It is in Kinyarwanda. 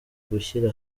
gushyira